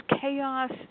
chaos